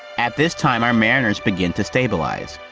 at this time, our mariners begin to stabilize.